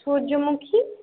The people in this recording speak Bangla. সূর্যমুখী